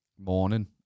morning